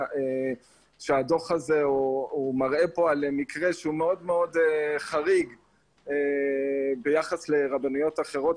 הדוח הזה מראה על מקרה שהוא חריג מאוד ביחס לרבנויות אחרות.